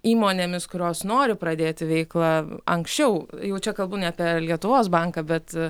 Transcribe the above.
įmonėmis kurios nori pradėti veiklą anksčiau jau čia kalbu ne apie lietuvos banką bet